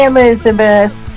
Elizabeth